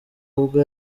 ubwo